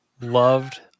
loved